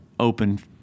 open